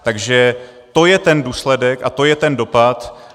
Takže to je ten důsledek a to je ten dopad.